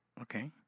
Okay